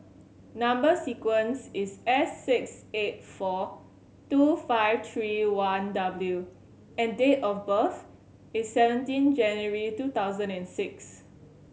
number sequence is S six eight four two five three one W and date of birth is seventeen January two thousand and six